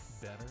Better